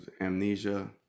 amnesia